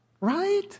Right